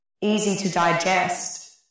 easy-to-digest